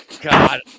God